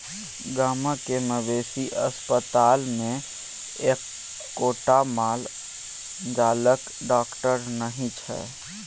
गामक मवेशी अस्पतालमे एक्कोटा माल जालक डाकटर नहि छै